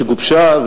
שגובשה,